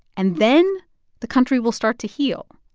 and then the country will start to heal.